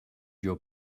your